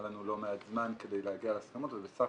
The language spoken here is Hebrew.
היה לנו לא מעט זמן כדי להגיע להסכמות אז בסך